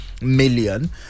million